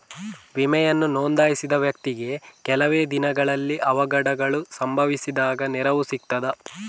ವಿಮೆಯನ್ನು ನೋಂದಾಯಿಸಿದ ವ್ಯಕ್ತಿಗೆ ಕೆಲವೆ ದಿನಗಳಲ್ಲಿ ಅವಘಡಗಳು ಸಂಭವಿಸಿದಾಗ ನೆರವು ಸಿಗ್ತದ?